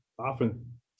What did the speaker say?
often